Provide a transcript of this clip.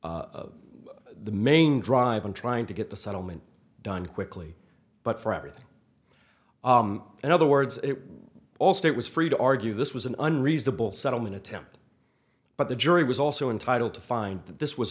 crew the main drive in trying to get the settlement done quickly but for everything in other words it also it was free to argue this was an unreasonable settlement attempt but the jury was also entitle to find that this was